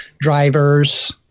drivers